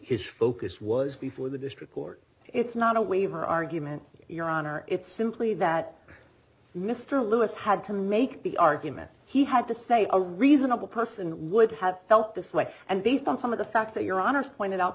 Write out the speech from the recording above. his focus was before the district court it's not a waiver argument your honor it's simply that mr lewis had to make the argument he had to say a reasonable person would have felt this way and based on some of the facts that you're honest pointed out